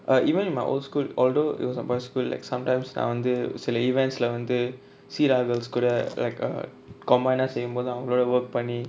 err even in my old school although it was a boys school like sometimes நா வந்து சில:na vanthu sila events lah வந்து:vanthu seerakals கூட:kooda like uh common ah செய்யும்போது அவங்களோட:seiyumpothu avangaloda work பன்னி:panni